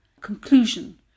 conclusion